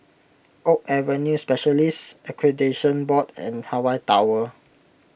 Oak Avenue Specialists Accreditation Board and Hawaii Tower